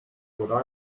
what